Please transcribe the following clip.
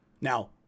Now